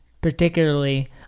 particularly